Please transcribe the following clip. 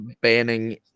banning